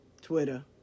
Twitter